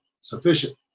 sufficient